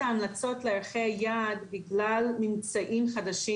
ההמלצות לערכי היעד בגלל ממצאים חדשים,